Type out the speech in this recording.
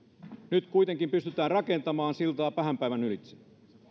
nyt pystytään rakentamaan siltaa pahan päivän ylitse